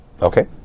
Okay